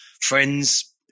friends